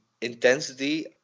intensity